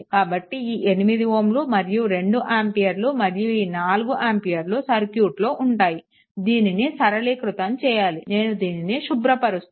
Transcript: కాబట్టి ఈ 8Ω మరియు 2 ఆంపియర్ మరియు ఈ 4 ఆంపియర్లు సర్క్యూట్లో ఉంటాయి దీనిని సరళీకృతం చేయాలి నేను దీనిని శుభ్రపరుస్తాను